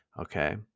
Okay